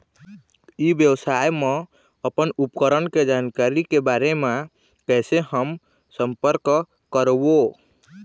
ई व्यवसाय मा अपन उपकरण के जानकारी के बारे मा कैसे हम संपर्क करवो?